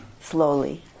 slowly